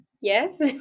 Yes